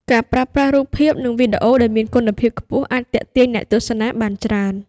ការប្រើប្រាស់រូបភាព និងវីដេអូដែលមានគុណភាពខ្ពស់អាចទាក់ទាញអ្នកទស្សនាបានច្រើន។